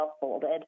folded